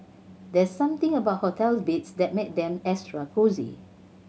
there's something about hotel beds that make them extra cosy